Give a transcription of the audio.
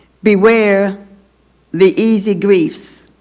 beware the easy griefs,